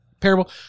parable